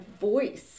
voice